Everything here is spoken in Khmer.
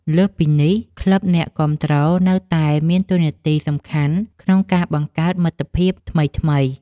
លើសពីនេះ ក្លឹបអ្នកគាំទ្រនៅតែមានតួនាទីសំខាន់ក្នុងការបង្កើតមិត្តភាពថ្មីៗ។